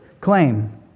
claim